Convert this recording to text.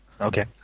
Okay